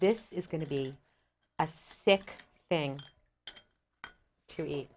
this is going to be a stick thing to eat